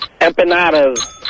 empanadas